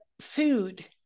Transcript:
food